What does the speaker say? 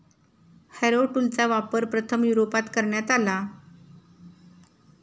Harrow टूलचा वापर प्रथम युरोपात करण्यात आला